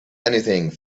anything